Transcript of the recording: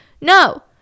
No